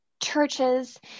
churches